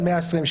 על 120 שעות,